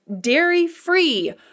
dairy-free